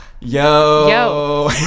Yo